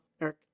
eric